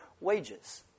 wages